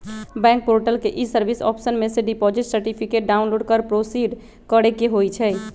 bank portal के e service option में से डिपॉजिट सर्टिफिकेट डाउनलोड कर प्रोसीड करेके होइ छइ